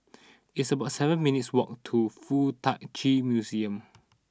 it's about seven minutes' walk to Fuk Tak Chi Museum